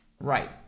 Right